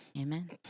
Amen